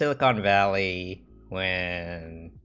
silicon valley when